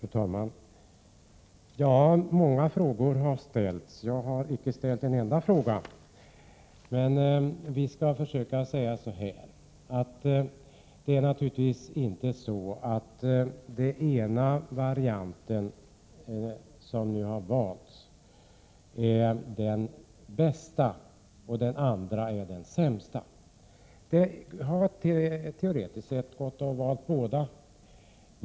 Fru talman! Många frågor har ställts. Jag har icke ställt en enda fråga. Men vi kan försöka säga så här: Naturligtvis är inte den ena varianten som har valts den bästa och den andra den sämsta. Det har teoretiskt sett gått att välja båda.